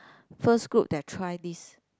first group that try this